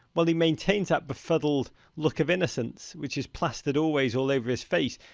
while he maintains that befuddled look of innocence, which is plastered, always, all over his face.